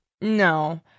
No